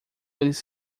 eles